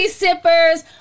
sippers